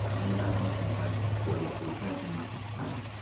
and that motion passes four two. thank you, ms. and frank.